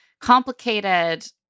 complicated